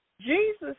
Jesus